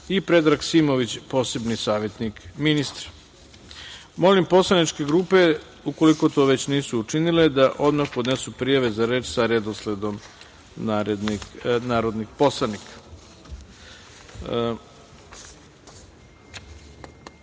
i Predrag Simović, posebni savetnik ministra. Molim poslaničke grupe, ukoliko to već nisu učinile, da odmah podnesu prijave za reč sa redosledom narodnih poslanika. Želim